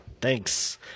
Thanks